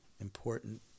important